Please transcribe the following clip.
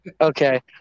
Okay